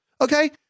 okay